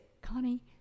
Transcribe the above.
Connie